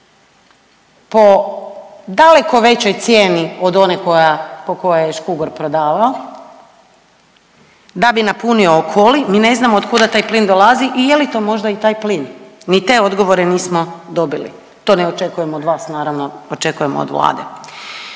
po daleko većoj cijeni od one koja, po kojoj je Škugor prodavao da bi napunio Okoli, mi ne znamo od kuda taj plin dolazi i je li to možda i taj plin. Ni te odgovore nismo dobili. To ne očekujemo od vas, naravno, očekujemo od Vlade.